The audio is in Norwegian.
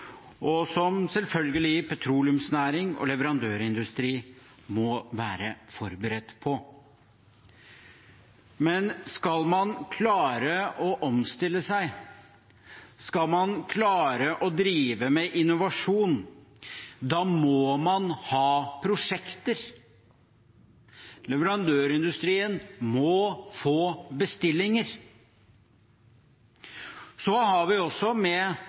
og som selvfølgelig petroleumsnæring og leverandørindustri må være forberedt på. Men skal man klare å omstille seg, skal man klare å drive innovasjon, da må man ha prosjekter. Leverandørindustrien må få bestillinger. Vi har også med